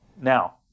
now